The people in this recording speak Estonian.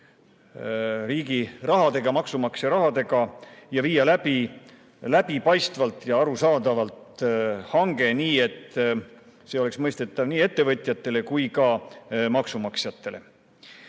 riigi rahaga, maksumaksja rahaga, ja viia hange läbi läbipaistvalt ja arusaadavalt, nii et see oleks mõistetav nii ettevõtjatele kui ka maksumaksjatele. Aga